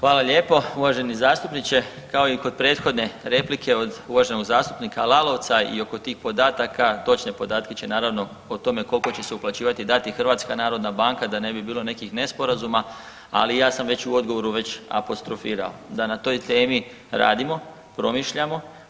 Hvala lijepo uvaženi zastupniče, kao i kod prethodne replike od uvaženog zastupnika Lalovca i oko tih podataka, točne podatke će naravno o tome koliko će se uplaćivati dati HNB da ne bi bilo nekih nesporazuma, ali ja sam već u odgovoru već apostrofirao da na toj temi radimo i promišljamo.